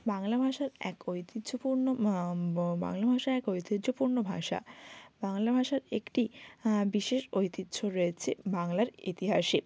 বাংলা ভাষা এক ঐতিহ্যপূর্ণ বাংলা ভাষা এক ঐতিহ্যপূর্ণ ভাষা বাংলার ভাষার একটি বিশেষ ঐতিহ্য রয়েছে বাংলার ইতিহাসে